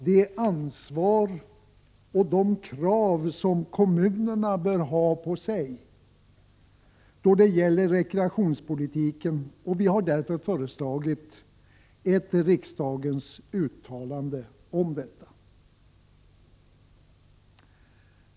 Det ansvar och de krav som kommunerna bör ha på sig då det gäller rekreationspolitiken behöver emellertid anges klarare. Vi har därför föreslagit ett riksdagens uttalande om detta.